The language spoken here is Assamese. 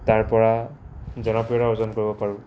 তাৰপৰা জনপ্ৰিয়তা অৰ্জন কৰিব পাৰোঁ